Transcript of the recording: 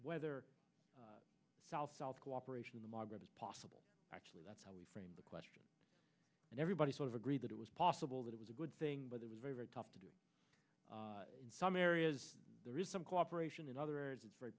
whether south south cooperation in the magreb is possible actually that's how we framed the question and everybody sort of agreed that it was possible that it was a good thing but it was very very tough to do in some areas there is some cooperation in other areas it's very